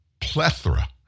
plethora